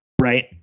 Right